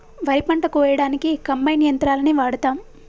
వరి పంట కోయడానికి కంబైన్ యంత్రాలని వాడతాం